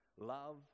Love